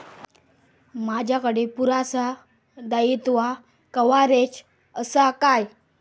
माजाकडे पुरासा दाईत्वा कव्हारेज असा काय?